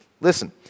Listen